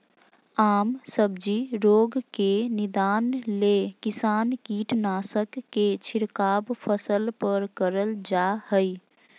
आम सब्जी रोग के निदान ले किसान कीटनाशक के छिड़काव फसल पर करल जा हई